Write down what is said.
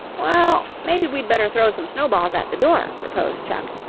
well, maybe we'd better throw some snowballs at the door, proposed chuck,